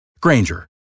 Granger